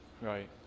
right